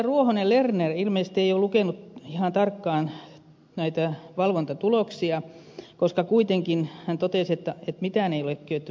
ruohonen lerner ilmeisesti ei ole lukenut ihan tarkkaan näitä valvontatuloksia koska hän totesi että mitään ei ole kyetty saamaan aikaan